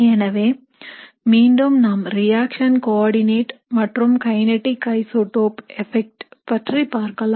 எனவே மீண்டும் நாம் ரியாக்ஷன் கோஆர்டிநேட் மற்றும் கைநீட்டிக் ஐசோடோப் எபெக்ட் பற்றி பார்க்கலாம்